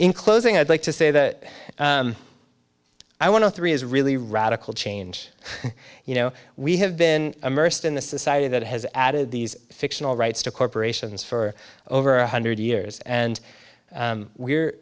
closing i'd like to say that i want to three is really radical change you know we have been immersed in a society that has added these fictional rights to corporations for over a hundred years and we're